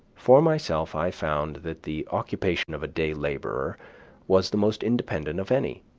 for myself i found that the occupation of a day-laborer was the most independent of any,